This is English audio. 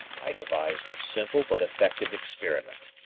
i devised a simple but effective experiment.